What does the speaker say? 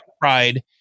pride